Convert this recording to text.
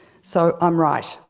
so i'm right.